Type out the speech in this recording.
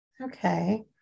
Okay